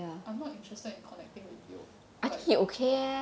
I'm not interested in connecting with B like